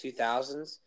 2000s